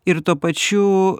ir tuo pačiu